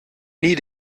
nie